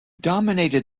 dominated